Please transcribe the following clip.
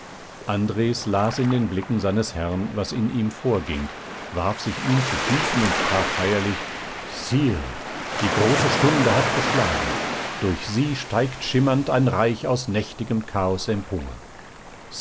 andres las in den blicken seines herrn was in ihm vorging warf sich ihm zu füßen und sprach feierlich sire die große stunde hat geschlagen durch sie steigt schimmernd ein reich aus nächtigem chaos empor